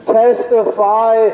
testify